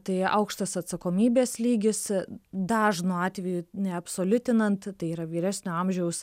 tai aukštas atsakomybės lygis dažnu atveju neabsoliutinant tai yra vyresnio amžiaus